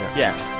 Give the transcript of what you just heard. yes.